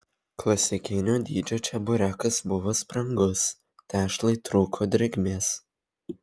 klasikinio dydžio čeburekas buvo sprangus tešlai trūko drėgmės